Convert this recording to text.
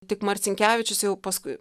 tik marcinkevičius jau paskui